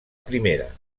primera